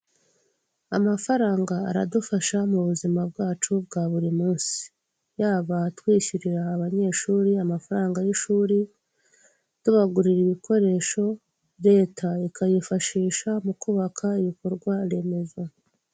Amafaranga aradufasha mu buzima bwacu bwa buri munsi yaba twishyurira abanyeshuri amafaranga y'ishuri, tubagurira ibikoresho leta ikayifashisha mu kubaka ibikorwa remezo.